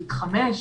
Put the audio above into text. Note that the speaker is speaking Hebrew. נגיד חמש,